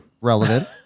relevant